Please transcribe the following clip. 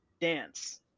Dance